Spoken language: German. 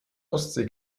ostsee